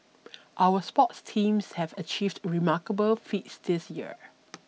our sports teams have achieved remarkable feats this year